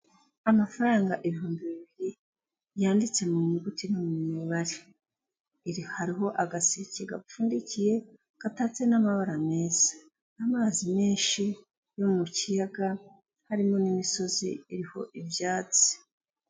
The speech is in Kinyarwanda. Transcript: Amafaranga ibihumbi bibiri yanditse mu nyuguti no mu mibare, hariho agaseke gapfundikiye gatatse n'amabara meza, amazi menshi yo mu kiyaga harimo n'imisozi iriho ibyatsi.